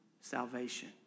salvation